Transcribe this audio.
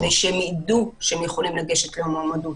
כדי שהם יידעו שהם יכולים להגיש מועמדות.